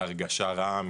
מהרגשה רעה,